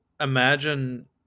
imagine